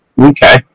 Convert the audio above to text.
Okay